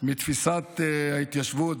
מתפיסת ההתיישבות,